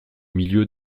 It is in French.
milieu